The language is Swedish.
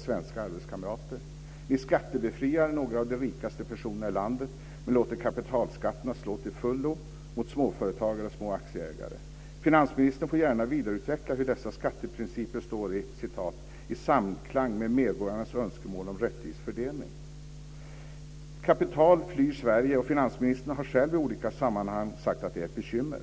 svenska skattekamrater högtaxeras. Ni skattebefriar några av de rikaste personerna i landet, men låter kapitalskatterna slå till fullo mot småföretagare och små aktieägare. Finansministern får gärna vidareutveckla hur dessa skatteprinciper står "i samklang med medborgarnas önskemål om rättvis fördelning". Kapital flyr Sverige, och finansministern har själv i olika sammanhang sagt att det är ett bekymmer.